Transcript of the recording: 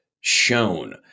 shown